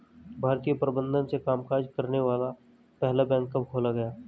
भारतीय प्रबंधन से कामकाज करने वाला पहला बैंक कब खोला गया?